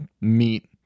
meet